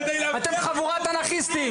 כדי לאפשר --- אתם חבורת אנרכיסטים.